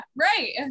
right